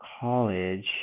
college